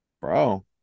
bro